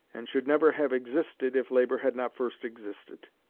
and could never have existed if labor had not first existed.